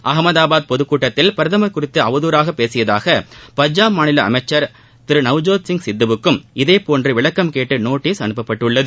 அஹமதாபாத் பொதுக்கூட்டத்தில் பிரதமர் குறித்து அவதுறாக பேசியதாக பஞ்சாப் மாநில அமைச்சர் திரு நவ்ஜோத் சிங் சித்துவுக்கும் இதேபோன்று விளக்கம் கேட்டு நோட்டீஸ் அனுப்பப்பட்டுள்ளது